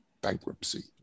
bankruptcy